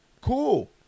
Cool